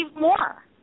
more